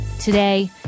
Today